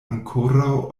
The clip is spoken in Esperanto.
ankoraŭ